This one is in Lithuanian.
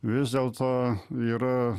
vis dėlto yra